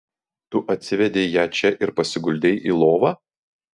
tu atsivedei ją čia ir pasiguldei į lovą